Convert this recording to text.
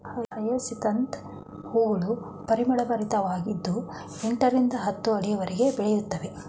hyacinth ಹೂಗಳು ಪರಿಮಳಭರಿತವಾಗಿದ್ದು ಎಂಟರಿಂದ ಹತ್ತು ಅಡಿಯವರೆಗೆ ಬೆಳೆಯುತ್ತವೆ